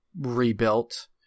rebuilt